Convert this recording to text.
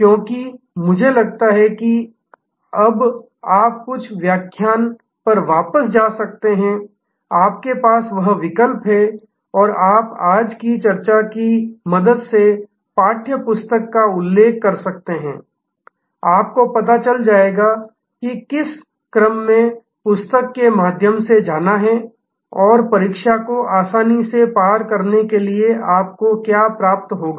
क्योंकि मुझे लगता है कि अब आप कुछ व्याख्यान पर वापस जा सकते हैं आपके पास वह विकल्प है और आप आज की चर्चा की मदद से पाठ्य पुस्तक का उल्लेख कर सकते हैं आपको पता चल जाएगा कि किस क्रम में पुस्तक के माध्यम से जाना है और परीक्षा को आसानी से पार करने के लिए आपको क्या प्राप्त होगा